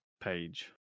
page